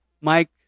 Mike